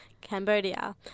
Cambodia